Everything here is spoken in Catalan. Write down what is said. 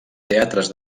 teatres